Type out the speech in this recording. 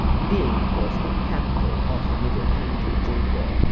being of course at the capital of the middle kingdom zhongguo,